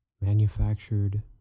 manufactured